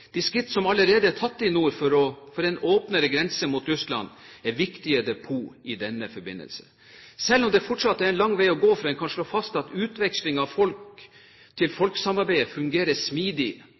De skritt som allerede er tatt i nord for en åpnere grense mot Russland, er viktige depot i denne forbindelse selv om det fortsatt er en lang vei å gå før en kan slå fast at